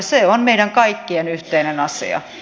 se on meidän kaikkien yhteinen asia